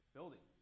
Building